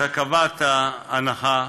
קבעת הנחה